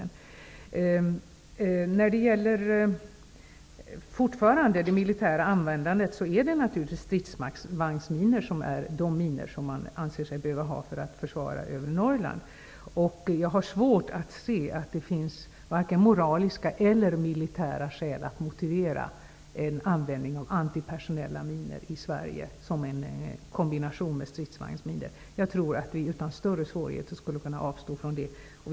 När det gäller det fortsatta militära användandet är det krigsvagnsminor som är de minor som man anser sig behöva ha för att försvara övre Norrland. Jag har svårt att se att det finns moraliska eller militära motiv för att använda antipersonella minor i kombination med stridsvagnsminor i Sverige. Jag tror att man utan större svårigheter skulle kunna avstå från dessa.